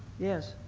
yes,